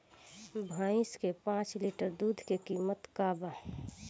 भईस के पांच लीटर दुध के कीमत का बा?